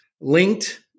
Linked